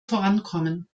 vorankommen